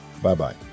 Bye-bye